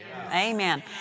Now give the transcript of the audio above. Amen